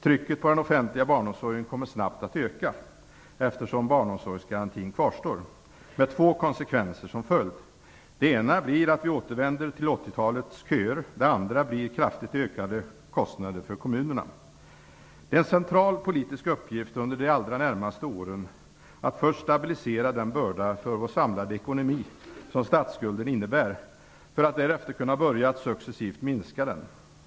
Trycket på den offentliga barnomsorgen kommer snabbt att öka eftersom barnomsorgsgarantin kvarstår, med två konsekvenser som följd. Den ena blir att vi återvänder till 80-talets köer. Den andra blir kraftigt ökade kostnader för kommunerna. Det är en central politisk uppgift under de allra närmaste åren att först stabilisera den börda för vår samlade ekonomi som statsskulden innebär, för att därefter börja att successivt minska den.